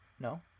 No